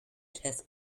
chess